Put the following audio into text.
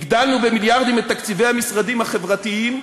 הגדלנו במיליארדים את תקציבי המשרדים החברתיים,